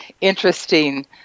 interesting